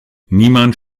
niemand